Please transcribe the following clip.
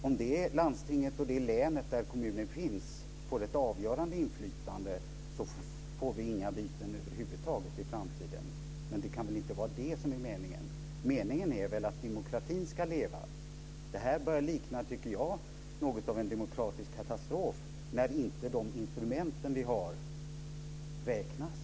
Om det landsting och det län där kommunen finns får ett avgörande inflytande blir det över huvud taget inga byten i framtiden. Det kan väl inte vara det som är meningen? Meningen är väl att demokratin ska leva? Det här börjar likna en demokratisk katastrof när de instrument som finns inte räknas.